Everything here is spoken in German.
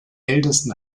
ältesten